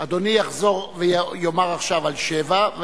אדוני יחזור ויאמר עכשיו על 7,